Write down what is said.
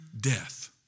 death